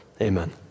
amen